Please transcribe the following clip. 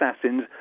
assassins